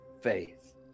faith